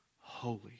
holy